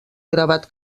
gravat